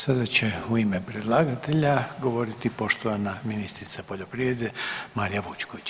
Sada će u ime predlagatelja govoriti poštovana ministrica poljoprivrede Marija Vučković.